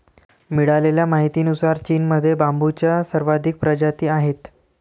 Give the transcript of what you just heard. मिळालेल्या माहितीनुसार, चीनमध्ये बांबूच्या सर्वाधिक प्रजाती आहेत